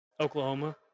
Oklahoma